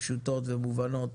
פשוטות ומובנות.